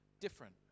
different